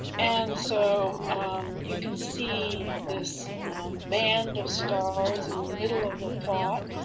and so you can see this band of stars in the middle of the plot,